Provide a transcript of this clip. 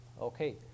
Okay